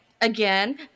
again